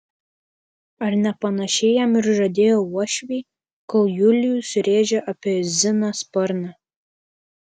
ar ne panašiai jam ir žadėjo uošviai kol julius rėžė apie ziną sparną